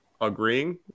agreeing